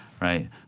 right